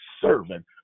servant